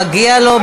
מגיע לו.